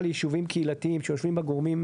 הולכים על בסיס החלטות הממשלה שמקבלים שיכון לגבי העדפות